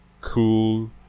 cool